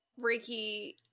reiki